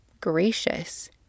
gracious